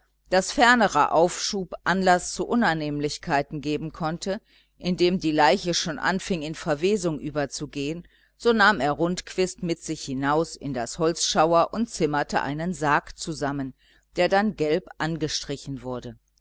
daß fernerer aufschub anlaß zu unannehmlichkeiten geben konnte indem die leiche schon anfing in verwesung überzugehen so nahm er rundquist mit sich hinaus in das holzschauer und zimmerte einen sarg zusammen der dann gelb angestrichen wurde